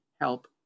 help